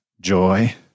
joy